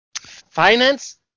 finance